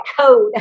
code